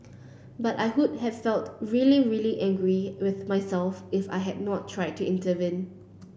but I would have felt really really angry with myself if I had not tried to intervene